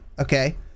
okay